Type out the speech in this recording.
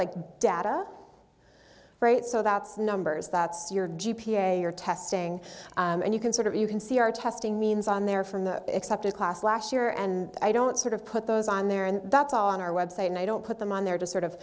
the data right so that's the numbers that's your g p a your testing and you can sort of you can see our testing means on there from the accepted class last year and i don't sort of put those on there and that's all on our website and i don't put them on there to sort of